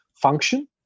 function